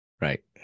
Right